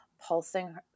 pulsing